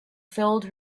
filled